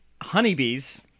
honeybees